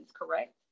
correct